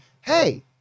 hey